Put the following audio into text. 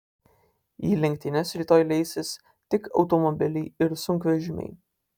į lenktynes rytoj leisis tik automobiliai ir sunkvežimiai